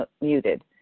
muted